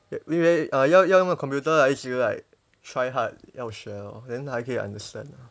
err 要用到 computer 来学 like try hard 来学 lor then 才可以 understand